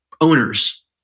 owners